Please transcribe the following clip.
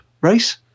race